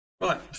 right